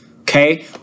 Okay